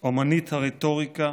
אומנית הרטוריקה